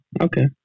Okay